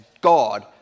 God